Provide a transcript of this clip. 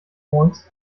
points